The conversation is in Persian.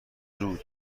زود